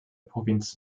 provinz